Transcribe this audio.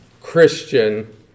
Christian